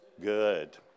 good